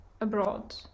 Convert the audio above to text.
abroad